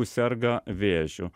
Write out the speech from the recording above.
serga vėžiu